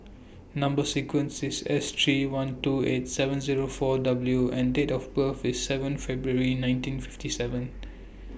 Number sequence IS S three one two eight seven Zero four W and Date of birth IS seven February nineteen fifty seven